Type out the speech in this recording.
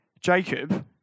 Jacob